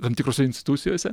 tam tikrose institucijose